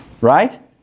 right